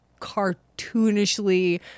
cartoonishly